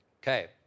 Okay